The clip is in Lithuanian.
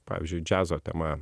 pavyzdžiui džiazo tema